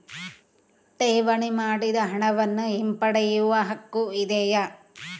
ಠೇವಣಿ ಮಾಡಿದ ಹಣವನ್ನು ಹಿಂಪಡೆಯವ ಹಕ್ಕು ಇದೆಯಾ?